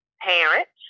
Parents